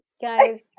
guys